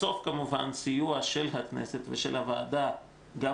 בסופו של דבר סיוע של הכנסת ושל הוועדה גם